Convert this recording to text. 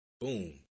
boom